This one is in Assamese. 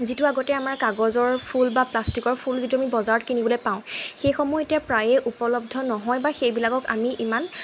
যিটো আগতে আমাৰ কাগজৰ ফুল বা প্লাষ্টিকৰ ফুল যিটো আমি বজাৰত কিনিবলৈ পাওঁ সেইসমূহ এতিয়া প্ৰায়ে উপলব্ধ নহয় বা সেইবিলাকক আমি ইমান